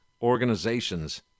organizations